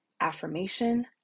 Affirmation